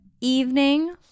Evening